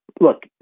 look